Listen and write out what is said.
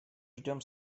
ждем